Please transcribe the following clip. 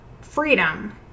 freedom